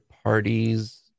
parties